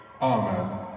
Amen